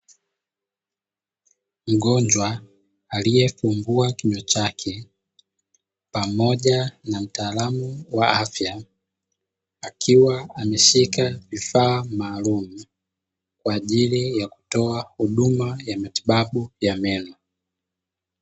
Mgonjwa aliyefungua kinywa chake pamoja na mtaalamu wa afya akiwa ameshika vifaa maalumu, kwa ajili ya kutoa huduma ya matibabu ya meno.